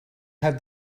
had